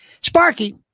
sparky